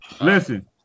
Listen